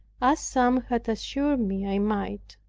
as some had assured me i might.